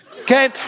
Okay